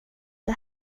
det